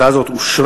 הצעה זו אושרה,